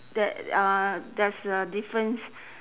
that uh there's a difference